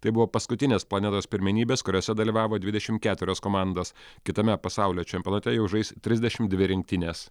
tai buvo paskutinės planetos pirmenybės kuriose dalyvavo dvidešimt keturios komandos kitame pasaulio čempionate jau žais trisdešimt dvi rinktinės